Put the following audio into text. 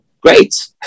Great